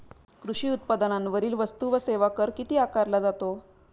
कृषी उत्पादनांवरील वस्तू व सेवा कर किती आकारला जातो?